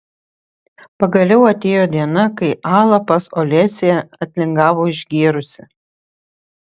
pagaliau atėjo diena kai ala pas olesią atlingavo išgėrusi